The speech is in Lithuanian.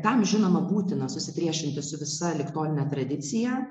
tam žinoma būtina susipriešinti su visa ligtoline tradicija